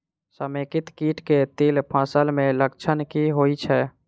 समेकित कीट केँ तिल फसल मे लक्षण की होइ छै?